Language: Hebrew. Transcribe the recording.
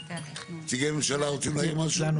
נציגי הממשלה רוצים להגיד משהו?